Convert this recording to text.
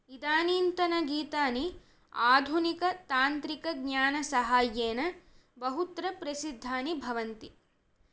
इदानीन्तनगीतानि आधुनिकतान्त्रिकज्ञानसाहाय्येन बहुत्र प्रसिद्धानि भवन्ति